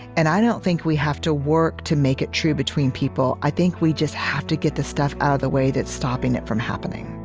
and i don't think we have to work to make it true between people. i think we just have to get the stuff out of the way that's stopping it from happening